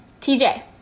TJ